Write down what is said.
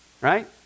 Right